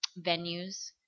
venues